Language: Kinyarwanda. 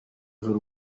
z’u